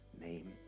name